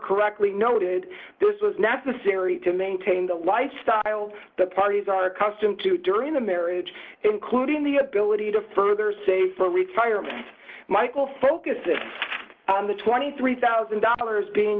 correctly noted this was necessary to maintain the lifestyle the parties are accustomed to during the marriage including the ability to further say for retirement if michael focuses on the twenty three thousand dollars being